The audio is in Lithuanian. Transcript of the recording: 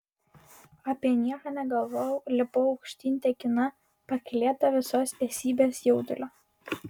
apie nieką negalvojau lipau aukštyn tekina pakylėta visos esybės jaudulio